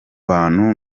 bantu